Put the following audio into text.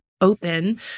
open